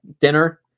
dinner